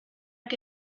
que